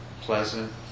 pleasant